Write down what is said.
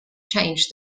change